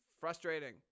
Frustrating